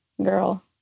girl